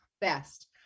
best